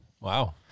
wow